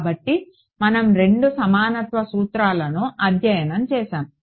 కాబట్టి మనం రెండు సమానత్వ సూత్రాలను అధ్యయనం చేసాము